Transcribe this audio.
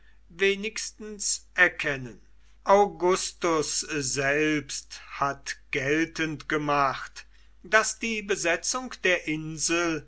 wenigstens erkennen augustus selbst hat geltend gemacht daß die besetzung der insel